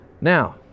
now